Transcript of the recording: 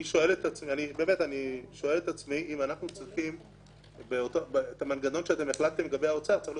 אני חושב שאנחנו צריכים מנגנון מקביל למנגנון שהחלטתם לגבי האוצר.